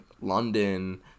London